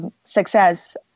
success